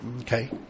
Okay